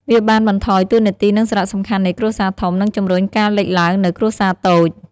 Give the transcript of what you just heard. វាបានបន្ថយតួនាទី និងសារៈសំខាន់នៃគ្រួសារធំ និងជំរុញការលេចឡើងនូវគ្រួសារតូច។